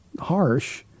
harsh